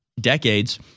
decades